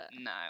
no